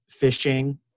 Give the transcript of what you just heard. phishing